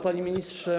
Panie Ministrze!